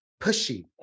pushy